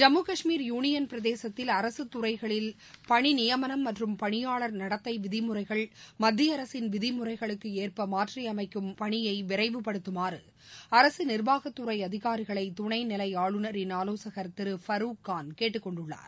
Jammu Kashmir union பிரதேசத்தில் அரசுத் துறைகளில் பணிநியமனம் மற்றும் பணியாளர் நடத்தைவிதிமுறைகள் மத்திய அரசின் விதிமுறைகளுக்குஏற்பமாற்றியமைக்கும் பணியைவிரைவுபடுத்தப்படுத்தமாறுஅரசுநிர்வாகத் துறைஅதிகாரிகளைதுணைநிலைஆளுநரின் ஆலோசகர் திரு ஃபரூக் கான் கேட்டுக் கொண்டுள்ளார்